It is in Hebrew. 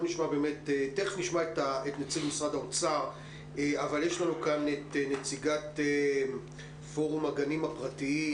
לנו את נציגת פורום הגנים הפרטיים.